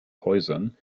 häusern